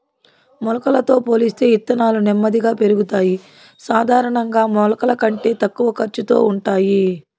మొలకలతో పోలిస్తే ఇత్తనాలు నెమ్మదిగా పెరుగుతాయి, సాధారణంగా మొలకల కంటే తక్కువ ఖర్చుతో ఉంటాయి